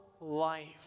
life